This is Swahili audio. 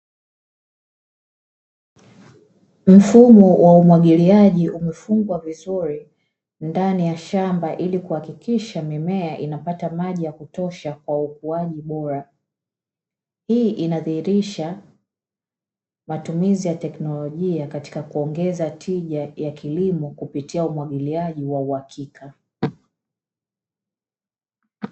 Mfumo wa umwagiliaji umefungwa vizuri ndani ya shamba ili kuhakikisha mimea inapata maji ya kutosha kwa ukuaji bora, hii inadhihirisha matumizi bora ya tekinolojia katika kuongeza tija ya kilimo kupitia umwagiliaji wa uhakika.